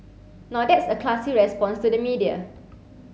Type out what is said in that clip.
now that's a classy response to the media